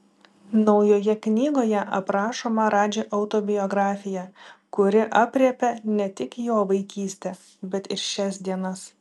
naujoje knygoje aprašoma radži autobiografija kuri aprėpia ne tik jo vaikystę bet ir šias dienas